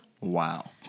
Wow